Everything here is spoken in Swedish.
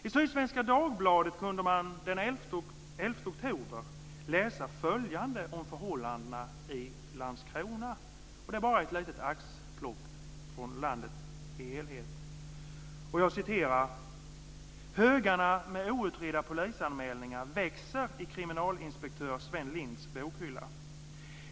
I Sydsvenska Dagbladet kunde man den 11 oktober läsa följande om förhållandena i Landskrona, och det är bara ett litet axplock från landet som helhet. "Högarna med outredda polisanmälningar växer i kriminalinspektör Sven Lindhs bokhylla.